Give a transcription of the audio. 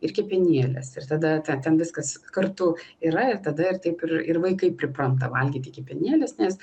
ir kepenėlės ir tada te ten viskas kartu yra ir tada ir taip ir ir vaikai pripranta valgyti kepenėles nes